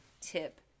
tip